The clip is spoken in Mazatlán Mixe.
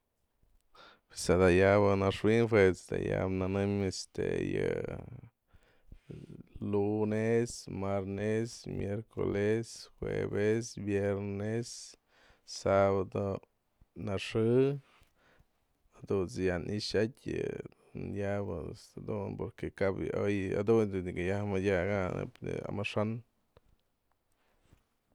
Pues ada'a yabë naxwi'in juet's da yaba'a nënëm este yë lune'es, marne'es, miercole'es, jueve'es, vierne'es, sabadë, nëxë, dunt's ya'a nixa'at yë dun ya'abë ejt's jadun porque cap yë oy jadun nyagaya'aj mëdyaganty neib nëkë amaxa'an.